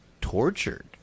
tortured